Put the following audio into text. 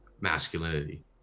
masculinity